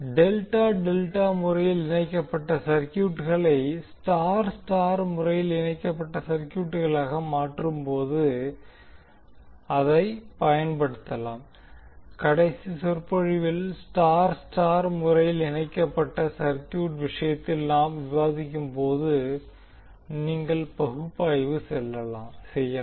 delta delta முறையில் இணைக்கப்பட்ட சர்க்யூட்களை ஸ்டார் ஸ்டார் முறையில் இணைக்கப்பட்ட சர்க்யூட்டாக மாற்றும்போது அதைப்பயன்படுத்தலாம் கடைசி சொற்பொழிவில் ஸ்டார் ஸ்டார் முறையில் இணைக்கப்பட்ட சர்க்யூட் விஷயத்தில் நாம் விவாதிக்கும்போது நீங்கள் பகுப்பாய்வு செய்யலாம்